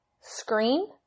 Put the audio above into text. screen